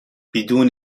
بدون